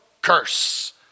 curse